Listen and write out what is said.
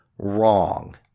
Wrong